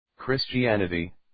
Christianity